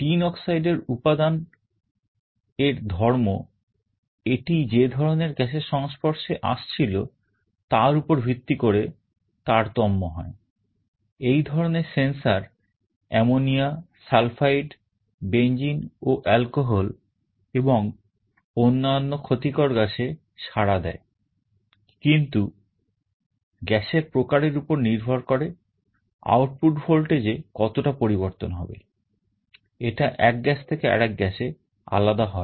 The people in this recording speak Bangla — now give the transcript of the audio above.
Tin oxide এর উপাদান কিন্তু গ্যাসের প্রকারের উপর নির্ভর করে আউটপুট ভোল্টেজ এ কতটা পরিবর্তন হবে এটা এক গ্যাস থেকে আরেক গ্যাসে আলাদা হয়